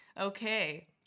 Okay